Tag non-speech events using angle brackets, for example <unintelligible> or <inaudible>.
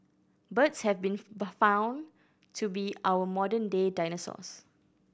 birds have been <unintelligible> found to be our modern day dinosaurs